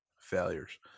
failures